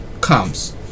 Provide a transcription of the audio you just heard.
comes